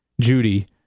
Judy